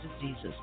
Diseases